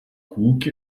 cook